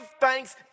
thanks